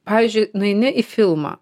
pavyzdžiui nueini į filmą